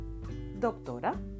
doctora